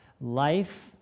life